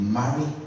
marry